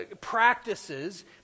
practices